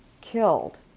killed